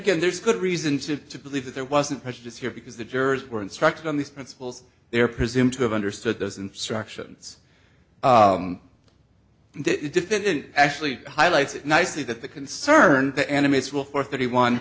again there's good reason to believe that there wasn't prejudice here because the jurors were instructed on these principles they are presumed to have understood those instructions actually highlights nicely that the concern that animates will for thirty one